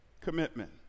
Commitment